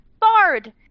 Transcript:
Bard